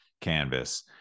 canvas